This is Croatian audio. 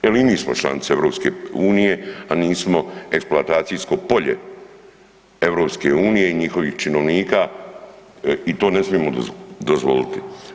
Jer i mi smo članice EU, a nismo eksploatacijsko polje EU i njihovih činovnika i to ne smijemo dozvoliti.